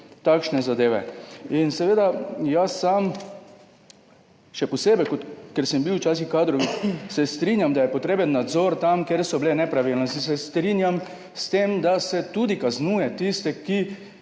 takšne zadeve. Sam se strinjam, še posebej, ker sem bil včasih kadrovik, da je potreben nadzor tam, kjer so bile nepravilnosti. Strinjam se s tem, da se tudi kaznuje tiste, ki